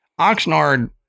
Oxnard